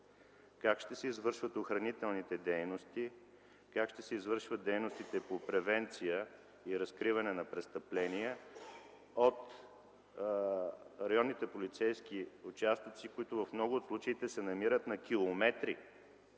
Как ще се извършват охранителните дейности? Как ще се извършват дейностите по превенция и разкриване на престъпления от районните полицейски управления, които в много от случаите се намират на километри